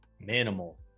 minimal